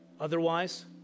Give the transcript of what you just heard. Otherwise